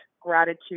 gratitude